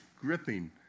gripping